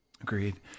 Agreed